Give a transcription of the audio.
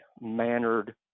mannered